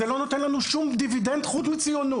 זה לא נותן לנו שום דיווידנד, חוץ מציונות.